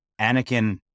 Anakin